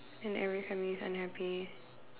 and every family is unhappy